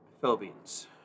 Philippines